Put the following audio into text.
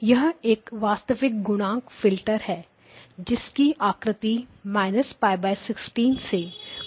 यह एक वास्तविक गुणांक फिल्टर है जिसकी आकृति π16 से π16 है